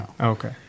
Okay